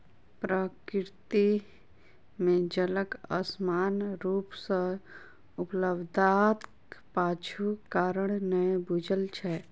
प्रकृति मे जलक असमान रूप सॅ उपलब्धताक पाछूक कारण नै बूझल छै